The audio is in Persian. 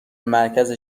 مرکز